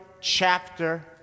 chapter